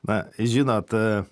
na žinot